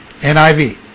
NIV